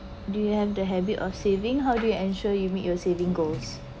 do you have the habit of saving how do you ensure you meet your saving goals